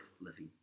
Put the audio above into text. living